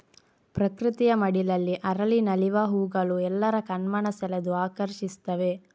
ಪ್ರಕೃತಿಯ ಮಡಿಲಲ್ಲಿ ಅರಳಿ ನಲಿವ ಹೂಗಳು ಎಲ್ಲರ ಕಣ್ಮನ ಸೆಳೆದು ಆಕರ್ಷಿಸ್ತವೆ